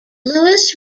louis